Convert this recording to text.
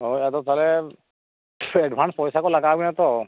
ᱦᱳᱭ ᱛᱟᱦᱚᱞᱮ ᱮᱰᱵᱷᱟᱱᱥ ᱯᱚᱭᱥᱟ ᱠᱚ ᱞᱟᱜᱟᱣ ᱢᱮᱭᱟ ᱛᱚ